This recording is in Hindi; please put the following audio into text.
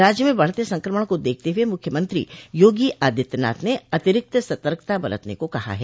राज्य में बढ़ते संक्रमण को देखते हुए मुख्यमंत्री योगी आदित्यनाथ ने अतिरिक्त सतर्कता बरतने को कहा है